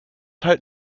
halt